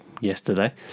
yesterday